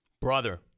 brother